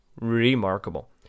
Remarkable